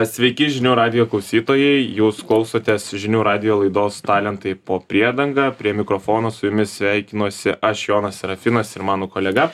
sveiki žinių radijo klausytojai jūs klausotės žinių radijo laidos talentai po priedanga prie mikrofono su jumis sveikinuosi aš jonas serafinas ir mano kolega